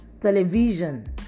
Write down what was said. television